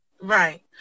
Right